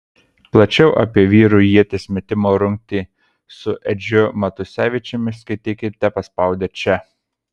plačiau apie vyrų ieties metimo rungtį su edžiu matusevičiumi skaitykite paspaudę čia